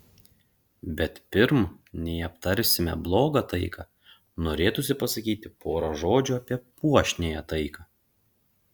bet pirm nei aptarsime blogą taiką norėtųsi pasakyti porą žodžių apie puošniąją taiką